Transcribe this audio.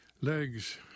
Legs